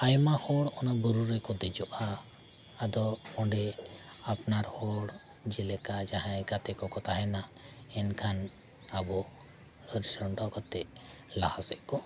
ᱟᱭᱢᱟ ᱦᱚᱲ ᱚᱱᱟ ᱵᱩᱨᱩ ᱨᱮᱠᱚ ᱫᱮᱡᱚᱜᱼᱟ ᱟᱫᱚ ᱚᱸᱰᱮ ᱟᱯᱱᱟᱨ ᱦᱚᱲ ᱡᱮᱞᱮᱠᱟ ᱡᱟᱦᱟᱸᱭ ᱜᱟᱛᱮ ᱠᱚᱠᱚ ᱛᱟᱦᱮᱱᱟ ᱮᱱᱠᱷᱟᱱ ᱟᱵᱚ ᱦᱟᱹᱨ ᱥᱟᱢᱴᱟᱣ ᱠᱟᱛᱮᱫ ᱞᱟᱦᱟ ᱥᱮᱫ ᱠᱚ